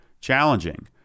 Challenging